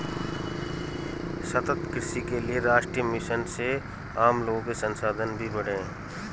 सतत कृषि के लिए राष्ट्रीय मिशन से आम लोगो के संसाधन भी बढ़े है